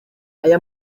aya